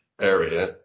area